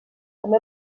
també